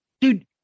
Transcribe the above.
dude